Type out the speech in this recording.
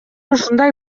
ушундай